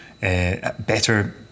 better